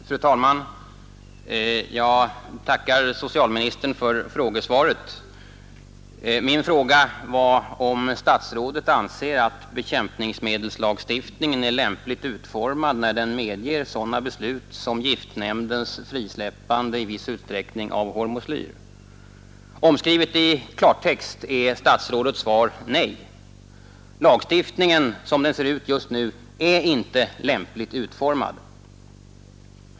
Fru talman! Jag tackar socialministern för frågesvaret. Min fråga var om statsrådet anser att bekämpningsmedelslagstiftningen är lämpligt utformad när den medger sådana beslut som giftnämndens frisläppande i stor utsträckning av hormoslyr. Omskrivet i klartext är statsrådets svar nej. Lagstiftningen, som den ser ut just nu, är inte lämpligt utformad.